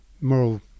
moral